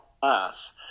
class